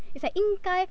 it's like 应该